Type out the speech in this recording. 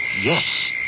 Yes